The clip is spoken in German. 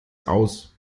aus